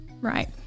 Right